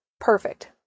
perfect